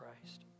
Christ